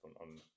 on